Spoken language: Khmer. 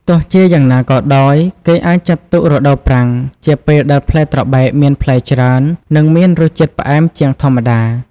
ទោះជាយ៉ាងណាក៏ដោយ គេអាចចាត់ទុក រដូវប្រាំង ជាពេលដែលផ្លែត្របែកមានផ្លែច្រើន និងមានរសជាតិផ្អែមជាងធម្មតា។